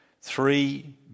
Three